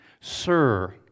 Sir